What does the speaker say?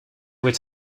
were